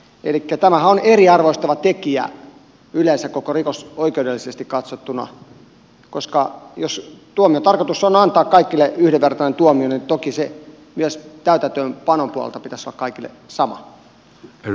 elikkä tämähän on eriarvoistava tekijä yleensä koko rikosoikeuden kannalta koska jos tuomion tarkoitus on antaa kaikille yhdenvertainen tuomio niin toki sen myös täytäntöönpanon puolella pitäisi olla kaikille sama